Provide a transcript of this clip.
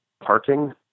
parking